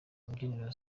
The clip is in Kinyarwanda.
kabyiniro